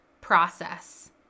process